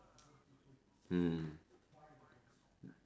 mm